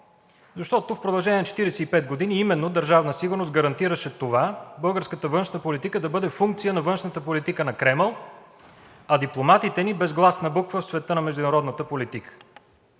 Защото в продължение на 45 години именно Държавна сигурност гарантираше това – българската външна политика да бъде функция на външната политика на Кремъл, а дипломатите ни – безгласна буква в света на международната политика.